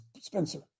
Spencer